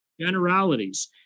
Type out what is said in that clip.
generalities